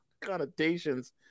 connotations